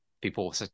people